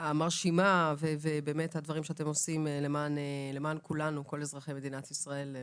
המרשימה שלכם ועל הדברים שאתם עושים למען כל אזרחי מדינת ישראל,